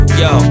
yo